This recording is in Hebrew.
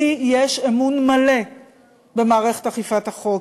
לי יש אמון מלא במערכת אכיפת החוק.